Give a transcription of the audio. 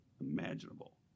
imaginable